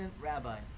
rabbi